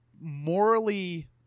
morally